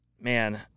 man